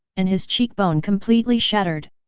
and his cheekbone completely shattered.